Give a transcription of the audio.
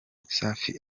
safi